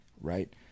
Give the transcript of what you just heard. Right